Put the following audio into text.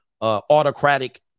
autocratic